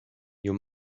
you